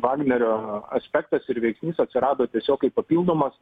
vagnerio aspektas ir veiksnys atsirado tiesiog kaip papildomas